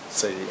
say